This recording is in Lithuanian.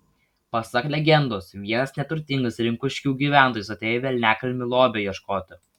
pasak legendos vienas neturtingas rinkuškių gyventojas atėjo į velniakalnį lobio ieškoti